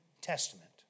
Testament